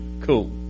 cool